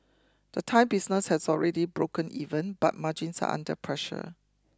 the Thai business has already broken even but margins are under pressure